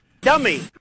Dummy